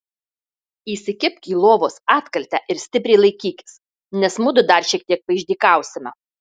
įsikibk į lovos atkaltę ir stipriai laikykis nes mudu dar šiek tiek paišdykausime